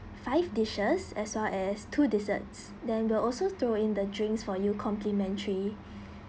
five dishes as well as two deserts then will also throw in the drinks for you complimentary